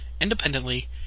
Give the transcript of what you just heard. independently